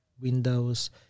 windows